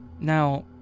Now